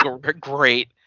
great